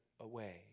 away